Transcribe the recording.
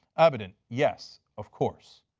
abbott. and yes, of course.